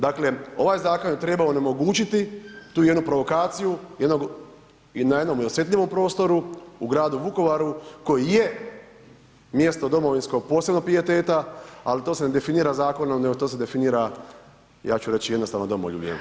Dakle, ovaj zakon je trebao onemogućiti tu jednu provokaciju jednog i na jednom osjetljivom prostoru u gradu Vukovaru koji je mjesto domovinskog posebnog pijeteta, ali to se ne definira zakonom, to se definira, ja ću reći jednostavno domoljubljem.